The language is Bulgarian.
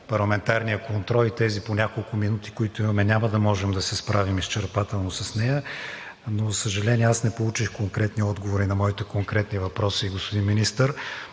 парламентарния контрол и тези по няколко минути, които имаме, няма да можем да се справим изчерпателно с нея, но, за съжаление, аз не получих конкретни отговори на моите конкретни въпроси, господин Министър.